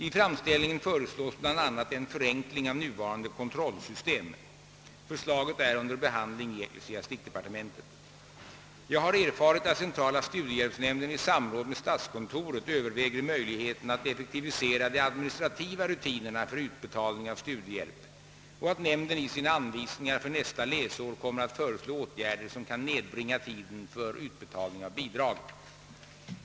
I framställningen föreslås bl.a. en förenkling av nuvarande kontrollsystem. Förslaget är under behandling i ecklesiastikdepartementet. Jag har erfarit, att centrala studiehjälpsnämnden i samråd med statskontoret överväger möjligheterna att effektivisera de administrativa rutinerna för utbetalning av studiehjälp och att nämnden i sina anvisningar för nästa läsår kommer att föreslå åtgärder som kan nedbringa tiden för utbetalning av bidrag.